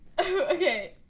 Okay